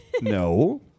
no